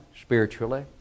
spiritually